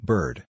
Bird